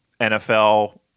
NFL